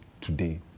today